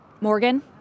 Morgan